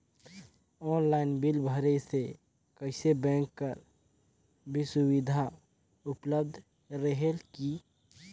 Online bill भरे से कइसे बैंक कर भी सुविधा उपलब्ध रेहेल की?